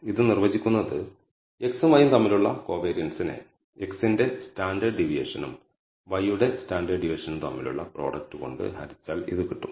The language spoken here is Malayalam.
ഇത് നിർവചിക്കുന്നത് x ഉം y യും തമ്മിലുള്ള കോവേരിയൻസിനെ x ന്റെ സ്റ്റാൻഡേർഡ് ഡീവിയേഷനും y യുടെ സ്റ്റാൻഡേർഡ് ഡീവിയേഷനും തമ്മിലുള്ള പ്രോഡക്റ്റ് കൊണ്ട് ഹരിച്ചാൽ ഇത് കിട്ടും